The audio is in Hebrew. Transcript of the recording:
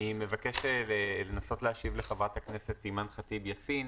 מבקש לנסות להשיב לחברת הכנסת אימאן ח'טיב יאסין.